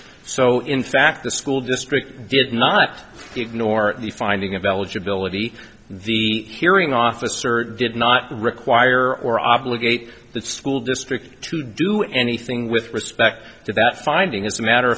so in fact the school district did not ignore the finding of eligibility the hearing officer did not require or obligate the school district to do anything with respect to that finding as a matter